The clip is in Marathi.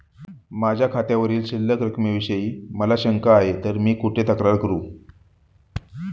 माझ्या खात्यावरील शिल्लक रकमेविषयी मला शंका आहे तर मी कुठे तक्रार करू?